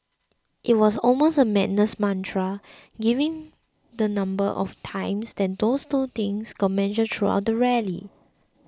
it was almost a madness mantra given the number of times these two things got mentioned throughout the rally